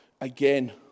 again